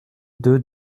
deux